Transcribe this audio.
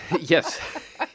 Yes